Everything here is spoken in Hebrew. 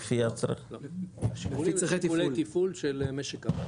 לפי הצרכים --- לפי צרכי תפעול של משק המים,